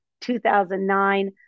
2009